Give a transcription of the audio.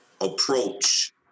approach